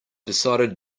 decided